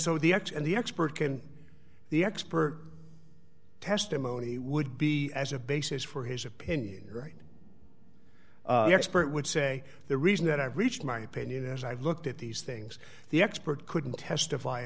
so the x and the expert can the expert testimony would be as a basis for his opinion right the expert would say the reason that i've reached my opinion is i've looked at these things the expert couldn't testify